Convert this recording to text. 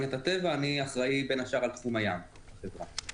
אני אחראי בין השאר על תחום הים בחברה להגנת הטבע.